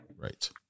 Right